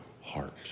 heart